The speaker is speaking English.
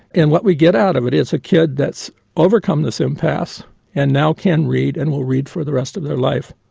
and what we get out of it is a kid that's overcome this impasse and now can read and will read for the rest of their life.